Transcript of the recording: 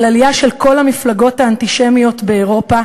של עלייה של כל המפלגות האנטישמיות באירופה.